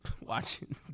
watching